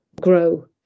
grow